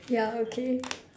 ya okay